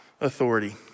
authority